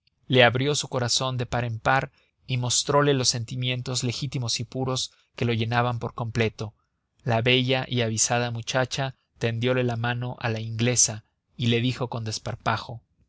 le abrió su corazón de par en par y mostrole los sentimientos legítimos y puros que lo llenaban por completo la bella y avisada muchacha tendiole la mano a la inglesa y le dijo con desparpajo